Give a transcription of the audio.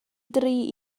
dri